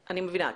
אני מבינה.